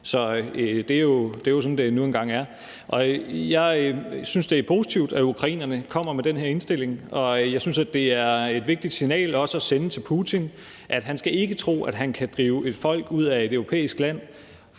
Så det er jo sådan, det nu engang er, og jeg synes, det er positivt, at ukrainerne kommer med den her indstilling, og jeg synes også, det er et vigtigt signal at sende til Putin, at han ikke skal tro, at han kan drive et folk ud af et europæisk land